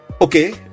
Okay